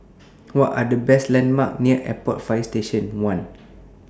What Are The landmarks near Airport Fire Station one